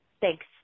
Thanks